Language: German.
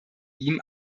ihm